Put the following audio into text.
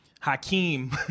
Hakeem